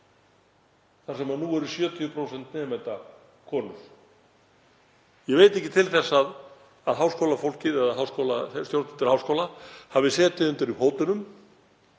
þar sem nú eru 70% nemenda konur. Ég veit ekki til þess að háskólafólkið eða stjórnendur háskóla hafi setið undir hótunum